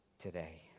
today